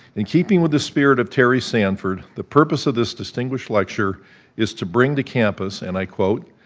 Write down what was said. in keeping with the spirit of terry sanford, the purpose of this distinguished lecture is to bring to campus, and i quote,